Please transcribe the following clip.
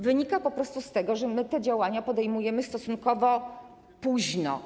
Wynika po prostu z tego, że my te działania podejmujemy stosunkowo późno.